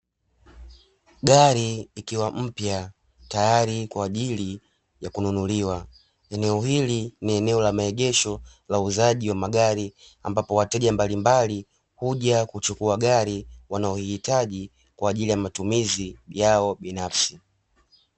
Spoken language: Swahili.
Gari ikiwa mpya, tayari kwa ajili ya kununuliwa. Eneo hili ni eneo la maegesho la uuzaji wa magari ambapo wateja mbalimbali huja kuchukua gari wanalohitaji kwa ajili ya matumizi yao binafsi.